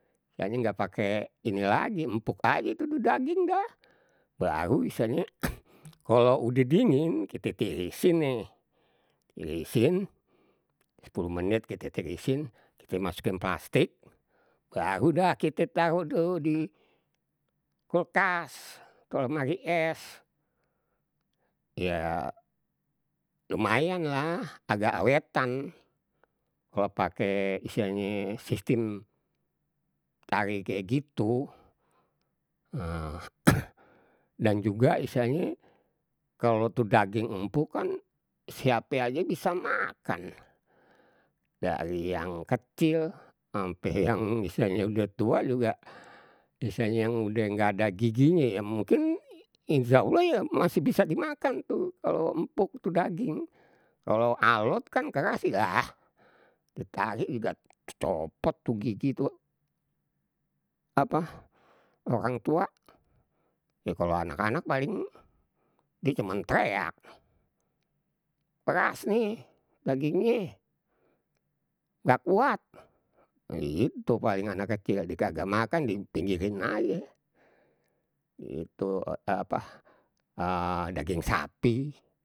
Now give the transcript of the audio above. Kayaknye nggak pakai ini lagi, empuk aje itu du udah daging dah. Baru misalnye kalo udah dingin kite tirisin nih. Tirisin sepuluh menit kite tirisin, kite masukin plastik. Baru dah kita taruh dulu di kulkas. Ke lemari es, ya lumayan lah, agak awetan kalau pakai istilahnye sistem care kayak gitu. Nah dan juga istilahnye kalau tu daging empuk kan siape aje bisa makan. Dari yang kecil, ampe yang istilahnye udah tua juga istilahnye yang udah nggak ada giginya, ya mungkin insyaallah ya masih bisa dimakan tu kalo empuk tu daging. Kalo alot kan keras ya, lah ditarik juga, copot tuh gigi tuh. Apa orang tua, ya kalau anak anak paling, die cuman treak, keras nih dagingnye, nggak kuat. Itu paling anak kecil, die kagak makan, dipinggirin aje, iyu apa daging sapi.